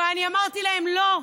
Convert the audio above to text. ואני אמרתי להם: לא,